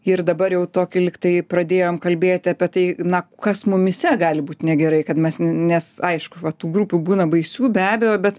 ir dabar jau tokį lyg tai pradėjom kalbėti apie tai na kas mumyse gali būt negerai kad mes nes aišku va tų grupių būna baisių be abejo bet